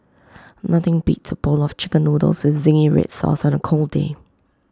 nothing beats A bowl of Chicken Noodles with Zingy Red Sauce on A cold day